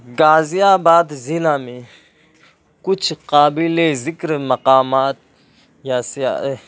غازی آباد ضلع میں کچھ قابل ذکر مقامات یا سیاح